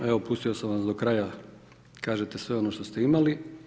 Evo pustio sam vas do kraja da kažete sve ono što ste imali.